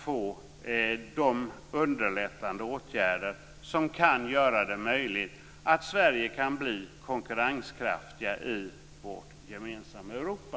Sådana underlättande åtgärder kan möjliggöra konkurrenskraft för Sverige i vårt gemensamma Europa.